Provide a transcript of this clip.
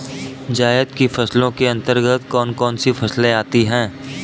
जायद की फसलों के अंतर्गत कौन कौन सी फसलें आती हैं?